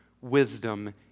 wisdom